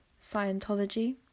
Scientology